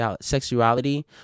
sexuality